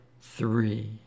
three